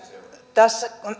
tässä